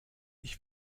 ich